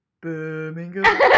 Birmingham